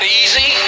easy